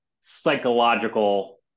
psychological